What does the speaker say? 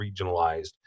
regionalized